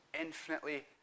infinitely